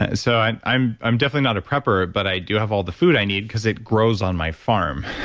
ah so, and i'm i'm definitely not a prepper, but i do have all the food i need because it grows on my farm.